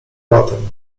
batem